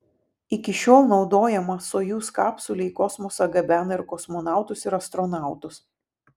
iki šiol naudojama sojuz kapsulė į kosmosą gabena ir kosmonautus ir astronautus